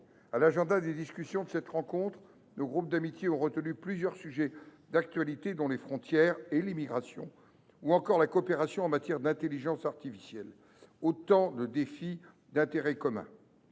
À l’agenda des discussions de cette rencontre, nos groupes d’amitié ont retenu plusieurs sujets d’actualité, dont les frontières et l’immigration, ou encore la coopération en matière d’intelligence artificielle – autant de défis d’intérêt commun.